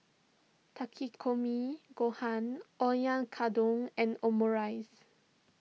Takikomi Gohan Oyakodon and Omurice